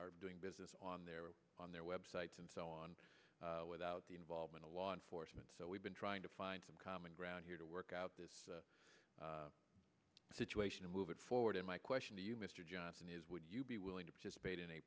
are doing business on their on their websites and so on without the involvement of law enforcement so we've been trying to find some common ground here to work out this situation move it forward and my question to you mr johnson is would you be willing to participate in a